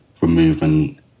removing